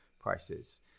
prices